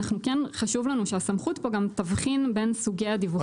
כן חשוב לנו שהסמכות פה גם תבחין בין סוגי הדיווחים.